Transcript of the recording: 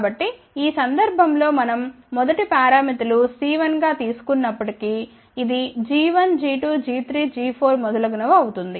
కాబట్టి ఈ సందర్భం లో మనం మొదటి పారామితులు C1 గా తీసుకున్నప్పటికి ఇది g1g2g3g4మొదలగునవి అవుతుంది